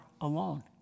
alone